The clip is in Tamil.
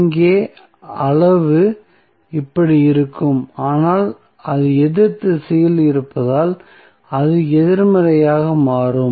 இங்கே அளவு இப்படி இருக்கும் ஆனால் அது எதிர் திசையில் இருப்பதால் அது எதிர்மறையாக மாறும்